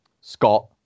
Scott